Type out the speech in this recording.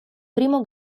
primo